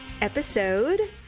episode